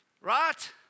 Right